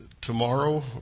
tomorrow